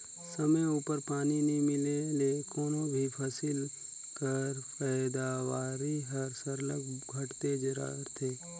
समे उपर पानी नी मिले ले कोनो भी फसिल कर पएदावारी हर सरलग घटबे करथे